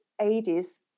80s